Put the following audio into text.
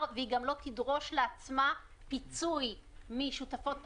והיא גם לא תדרוש לעצמה פיצוי משותפות תמר,